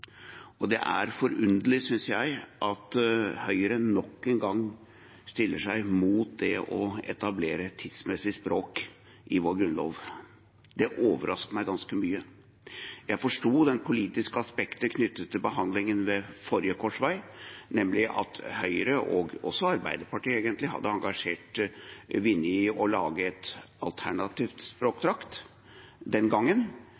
Det er forunderlig, synes jeg, at Høyre nok en gang setter seg imot å etablere et tidsmessig språk i vår grunnlov. Det overrasker meg ganske mye. Jeg forsto det politiske aspektet knyttet til behandlingen ved forrige korsvei, nemlig at Høyre – og også Arbeiderpartiet, egentlig – hadde engasjert Finn-Erik Vinje til å lage en alternativ språkdrakt den gangen,